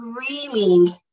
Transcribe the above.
screaming